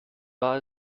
war